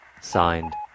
Signed